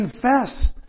confess